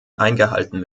eingehalten